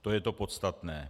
To je to podstatné.